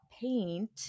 paint